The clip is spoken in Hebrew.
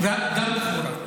גם תחבורה.